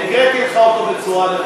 והקראתי לך אותו בצורה נכונה.